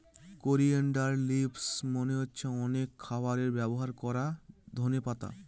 coriander leaves মানে হচ্ছে অনেক খাবারে ব্যবহার করা ধনে পাতা